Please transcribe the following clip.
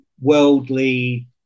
worldly